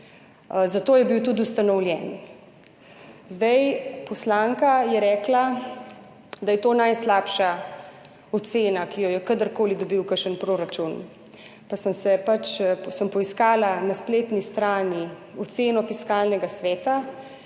Za to je bil tudi ustanovljen. Poslanka je rekla, da je to najslabša ocena, ki jo je kadarkoli dobil kakšen proračun, pa sem poiskala na spletni strani oceno Fiskalnega sveta,